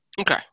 Okay